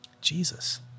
Jesus